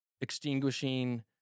extinguishing